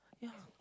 yeah